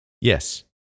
Yes